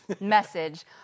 message